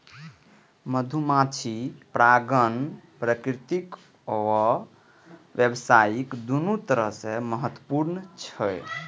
मधुमाछी परागण प्राकृतिक आ व्यावसायिक, दुनू तरह सं महत्वपूर्ण छै